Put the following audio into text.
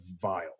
vile